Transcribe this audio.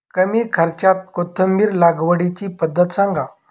कमी खर्च्यात कोथिंबिर लागवडीची पद्धत सांगा